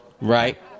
Right